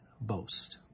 boast